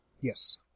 Yes